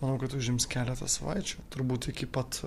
manau kad užims keletą savaičių turbūt iki pat